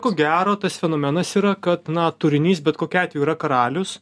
ko gero tas fenomenas yra kad na turinys bet kokiu atveju yra karalius